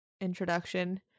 introduction